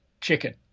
chicken